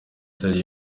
itari